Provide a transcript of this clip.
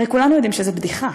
הרי כולנו יודעים שזו בדיחה,